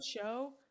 show